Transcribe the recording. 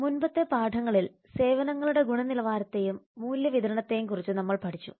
മുമ്പത്തെ പാഠങ്ങളിൽ സേവനങ്ങളുടെ ഗുണനിലവാരത്തെയും മൂല്യ വിതരണത്തെയും കുറിച്ച് നമ്മൾ പഠിച്ചു